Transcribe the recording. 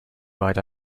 ride